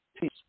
Peace